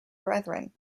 brethren